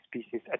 species